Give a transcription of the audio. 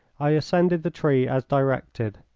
i ascended the tree as directed.